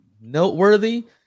noteworthy